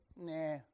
Nah